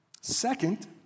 Second